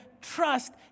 trust